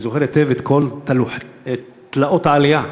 אני זוכר היטב את כל תלאות העלייה.